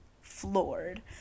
floored